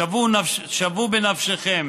שוו בנפשכם